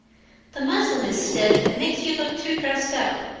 the muslin is stiff, and makes you look too dressed up.